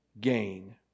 gain